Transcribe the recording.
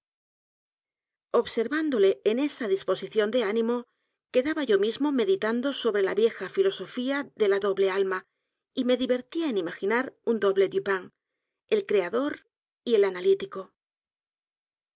observándole en esa disposición de ánimo quedaba yo mismo meditando sobre la vieja filosofía de la doblealma y me divertía en imaginar un doble dupin el creador y el analítico